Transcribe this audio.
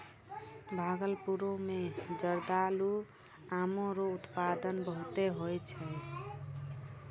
भागलपुर मे जरदालू आम रो उत्पादन बहुते हुवै छै